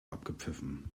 abgepfiffen